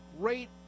great